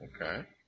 Okay